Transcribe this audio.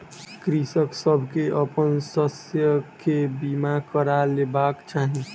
कृषक सभ के अपन शस्य के बीमा करा लेबाक चाही